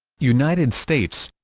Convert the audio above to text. united states